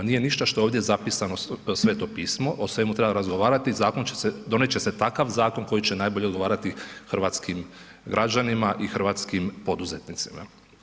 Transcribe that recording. Nije ništa što je ovdje zapisano Sveto pismo, o svemu treba razgovarati i donijet će se takav zakon koji će najbolje odgovarati hrvatskim građanima i hrvatskim poduzetnicima.